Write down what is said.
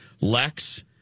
lex